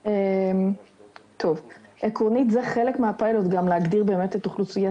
אז אתם יכולים לתאר לעצמכם כמה סרטן ריאות אני רואה ואני פוגש,